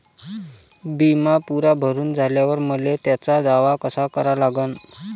बिमा पुरा भरून झाल्यावर मले त्याचा दावा कसा करा लागन?